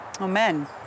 Amen